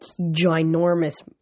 ginormous